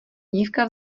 dívka